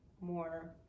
more